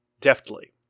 deftly